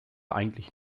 eigentlich